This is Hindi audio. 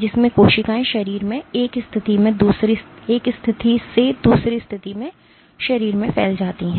जिसमें कोशिकाएँ शरीर में एक स्थिति से दूसरी स्थिति में शरीर में फैलती हैं